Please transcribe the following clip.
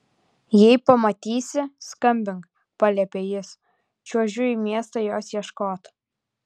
jei pamatysi skambink paliepė jis čiuožiu į miestą jos ieškot